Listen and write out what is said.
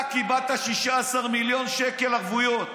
אתה קיבלת 16 מיליון שקל ערבויות,